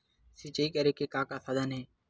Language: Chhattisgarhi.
सिंचाई करे के का साधन हे?